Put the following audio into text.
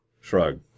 Shrug